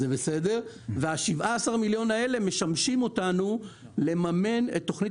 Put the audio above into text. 17 המיליון האלה משמשים אותנו לממן את תוכנית